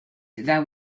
that